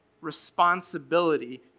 responsibility